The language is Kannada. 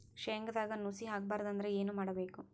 ಶೇಂಗದಾಗ ನುಸಿ ಆಗಬಾರದು ಅಂದ್ರ ಏನು ಮಾಡಬೇಕು?